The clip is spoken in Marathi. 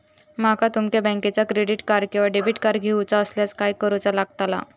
माका तुमच्या बँकेचा क्रेडिट कार्ड किंवा डेबिट कार्ड घेऊचा असल्यास काय करूचा लागताला?